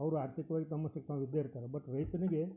ಅವರು ಆರ್ಥಿಕವಾಗಿ ತಮ್ಮಷ್ಟಕ್ ತಾವು ಇದ್ದೇ ಇರ್ತಾರೆ ಬಟ್ ರೈತನಿಗೇ